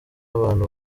abantu